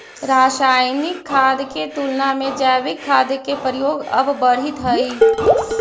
रासायनिक खाद के तुलना में जैविक खाद के प्रयोग अब बढ़ित हई